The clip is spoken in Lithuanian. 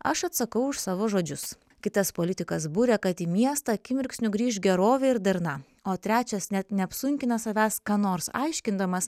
aš atsakau už savo žodžius kitas politikas būrė kad į miestą akimirksniu grįš gerovė ir darna o trečias net neapsunkina savęs ką nors aiškindamas